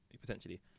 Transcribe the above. Potentially